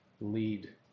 lead